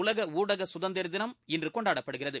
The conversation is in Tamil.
உலக ஊடக சுதந்திர தினம் இன்று கொண்டாடப்படுகிறது